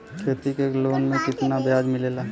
खेती के लोन में कितना ब्याज लगेला?